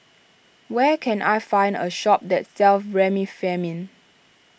where can I find a shop that sells Remifemin